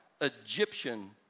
Egyptian